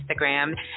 Instagram